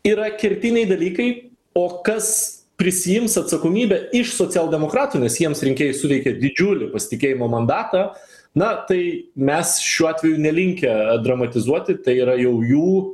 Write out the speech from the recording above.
yra kertiniai dalykai o kas prisiims atsakomybę iš socialdemokratų nes jiems rinkėjai suteikė didžiulį pasitikėjimo mandatą na tai mes šiuo atveju nelinkę dramatizuoti tai yra jau jų